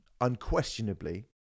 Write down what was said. unquestionably